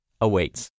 awaits